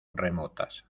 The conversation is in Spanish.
remotas